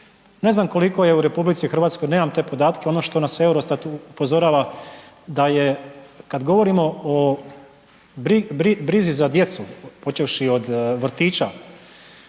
Ne znam koliko je u RH, nemam te podatke, ono što nas EUROSTAT upozorava da je kad govorimo o brizi za djecu, počevši od vrtića,